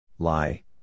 Lie